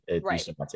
Right